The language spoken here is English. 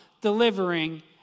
delivering